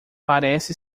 parece